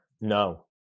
No